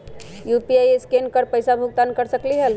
UPI से scan कर पईसा भुगतान कर सकलीहल?